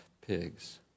pigs